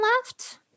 left